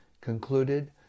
concluded